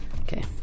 Okay